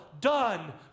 done